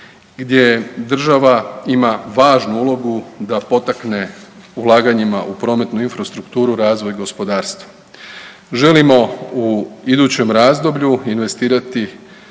gdje država ima važnu ulogu da potakne ulaganjima u prometnu infrastrukturu u razvoj gospodarstva. Želimo u idućem razdoblju investirati